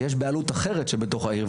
ויש בעלות אחרת בתוך העיר,